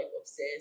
obsessed